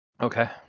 Okay